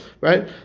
right